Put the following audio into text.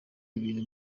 ibintu